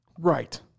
Right